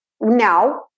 Now